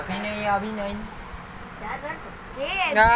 बगरा दूध पाए बर गरवा अऊ भैंसा ला का खवाबो?